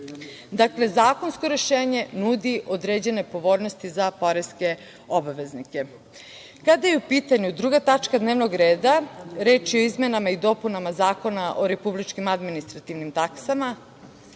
Dakle, zakonsko rešenje nudi određene pogodnosti za poreske obveznike. Kada je u pitanju Druga tačka dnevnog reda, reč je o izmenama i dopunama Zakona o republičkim i administrativnim taksama,